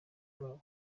rwabo